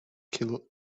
kill